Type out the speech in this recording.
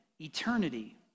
eternity